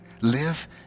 live